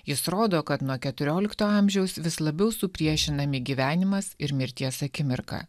jis rodo kad nuo keturiolikto amžiaus vis labiau supriešinami gyvenimas ir mirties akimirka